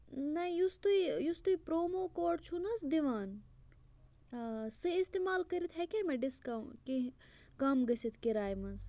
نہ یُس تُہۍ یُس تُہۍ پرٛومو کوڈ چھُو نہٕ حظ دِوان آ سُہ استعمال کٔرِتھ ہیٚکیٛاہ مےٚ ڈِسکَو کیٚنہہ کَم گٔژھِتھ کِراے منٛز